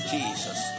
Jesus